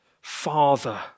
Father